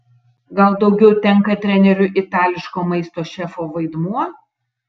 gal daugiau tenka treneriui itališko maisto šefo vaidmuo